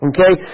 Okay